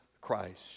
Christ